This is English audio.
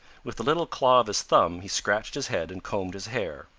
with the little claw of his thumb he scratched his head and combed his hair.